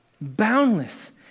boundless